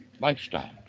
lifestyles